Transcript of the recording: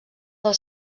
del